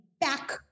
back